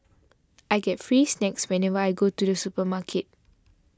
I get free snacks whenever I go to the supermarket